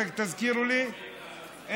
תזכירו לי.